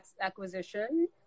acquisition